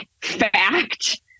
fact